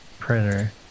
Printer